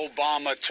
Obama